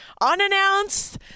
Unannounced